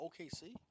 OKC